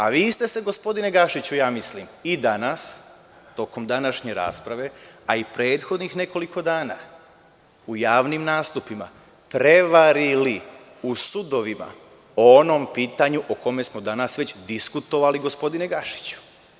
A vi ste se, gospodine Gašiću, ja mislim i danas, tokom današnje rasprave, a i prethodnih nekoliko dana u javnim nastupima prevarili u sudovima, o onom pitanju o kome smo danas već diskutovali, gospodine Gašiću.